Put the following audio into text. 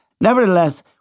Nevertheless